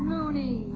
Mooney